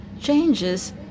changes